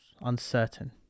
uncertain